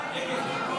22